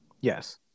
yes